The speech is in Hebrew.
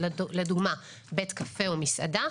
לדוגמה בית קפה או מסעדה,